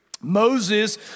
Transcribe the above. Moses